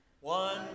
One